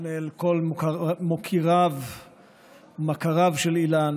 אפנה אל כל מוקיריו ומכריו של אילן,